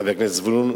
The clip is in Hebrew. חבר הכנסת זבולון,